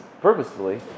purposefully